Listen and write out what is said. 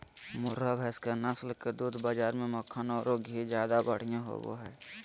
मुर्रा भैस के नस्ल के दूध बाज़ार में मक्खन औरो घी ज्यादा बढ़िया होबो हइ